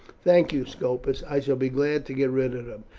thank you, scopus, i shall be glad to get rid of them.